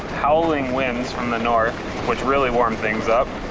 howling winds from the north which really warms things up